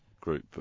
group